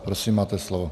Prosím máte slovo.